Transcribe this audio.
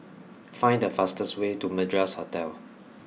find the fastest way to Madras Hotel